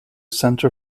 center